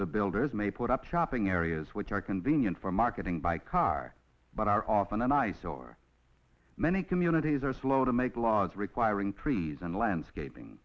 the builders may put up shopping areas which are convenient for marketing by car but are often an eyesore many communities are slow to make laws requiring trees and landscaping